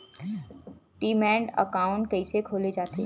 Demat account कइसे खोले जाथे?